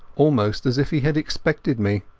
almost as if he had expected me.